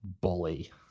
bully